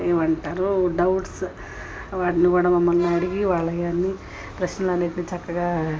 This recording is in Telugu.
ఏమంటారు డౌట్స్ అవన్నీ కూడా మమ్మల్ని అడిగి వాళ్ళు అవన్నీ ప్రశ్నలన్నిటిని చక్కగా